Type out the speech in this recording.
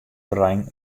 terrein